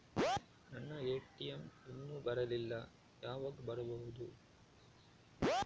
ನನ್ನ ಎ.ಟಿ.ಎಂ ಇನ್ನು ಬರಲಿಲ್ಲ, ಯಾವಾಗ ಬರಬಹುದು?